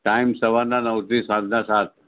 time સવારના નવથી સાંજના સાત